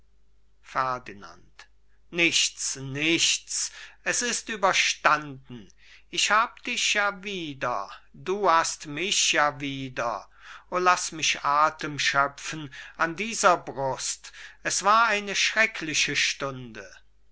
ferdinand nichts nichts es ist überstanden ich hab dich ja wieder du hast mich ja wieder o laß mich athem schöpfen an dieser brust es war eine schreckliche stunde